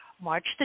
March